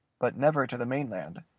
but never to the main land,